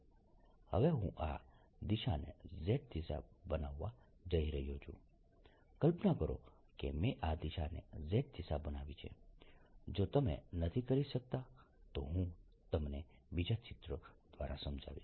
હવે હું આ દિશાને z દિશા બનાવા જઇ રહ્યો છું કલ્પના કરો કે મેં આ દિશાને z દિશા બનાવી છે જો તમે નથી કરી શકતા તો હું તમને બીજા ચિત્ર દ્વારા સમજાવીશ